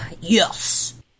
Yes